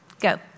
Go